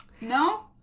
No